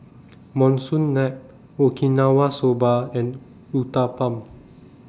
Monsunabe Okinawa Soba and Uthapam